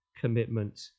commitment